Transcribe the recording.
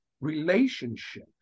relationship